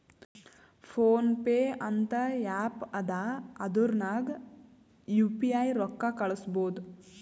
phone pay ಅಂತ app ಅದಾ ಅದುರ್ನಗ್ ಯು ಪಿ ಐ ರೊಕ್ಕಾ ಕಳುಸ್ಬೋದ್